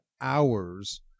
hours